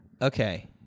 okay